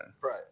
Right